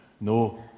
No